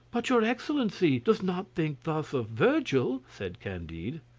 but your excellency does not think thus of virgil? said candide.